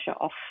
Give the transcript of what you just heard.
off